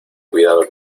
cuidado